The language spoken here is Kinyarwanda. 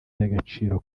by’agaciro